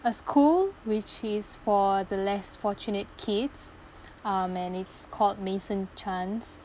a school which is for the less fortunate kids um and it's called maison chance